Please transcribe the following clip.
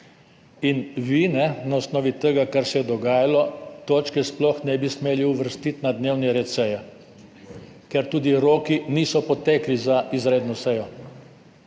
In vi na osnovi tega, kar se je dogajalo, točke sploh ne bi smeli uvrstiti na dnevni red seje, ker tudi roki niso potekli za izredno sejo.